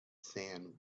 sand